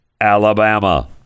alabama